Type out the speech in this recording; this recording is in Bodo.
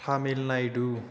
तामिलनादु